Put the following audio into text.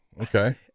Okay